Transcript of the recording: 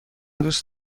دوست